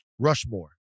Rushmore